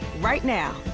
right now,